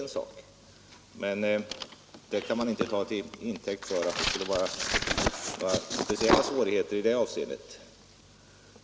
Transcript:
Men man kan inte ta det förhållandet till intäkt för att det blir speciella svårigheter i detta avseende.